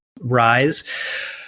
rise